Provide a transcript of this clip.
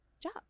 job